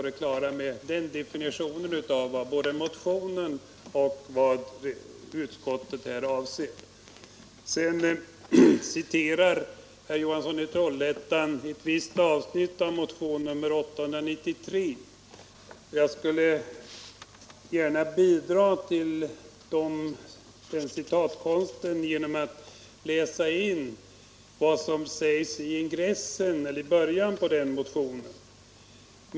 Därmed tycker jag vi kan vara på det klara med vad som avses i motionen och i utskottsbetänkandet.